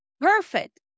Perfect